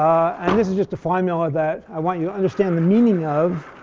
and this is just a formula that i want you to understand the meaning of,